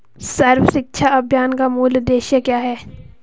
सर्व शिक्षा अभियान का मूल उद्देश्य क्या है?